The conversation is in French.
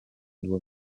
doit